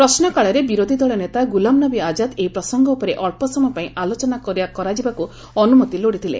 ପ୍ରଶ୍ନକାଳରେ ବିରୋଧୀ ଦଳ ନେତା ଗୁଲମନବୀ ଆଜାଦ ଏହି ପ୍ରସଙ୍ଗ ଉପରେ ଅଞ୍ଚ ସମୟ ପାଇଁ ଆଲୋଚନା କରାଯିବାକୁ ଅନୁମତି ଲୋଡିଥିଲେ